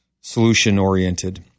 solution-oriented